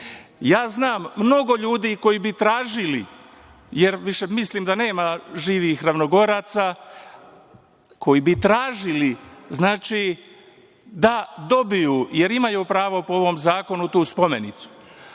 1945.Znam mnogo ljudi koji bi tražili, jer više mislim da nema živih Ravnogoraca, koji bi tražili da dobiju, jer imaju pravo po ovom zakonu tu spomenicu,